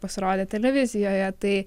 pasirodę televizijoje tai